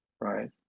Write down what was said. right